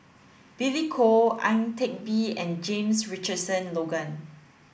Billy Koh Ang Teck Bee and James Richardson Logan